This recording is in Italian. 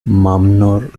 mamnor